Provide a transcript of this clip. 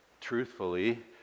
truthfully